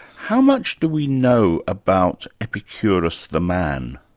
how much do we know about epicurus the man?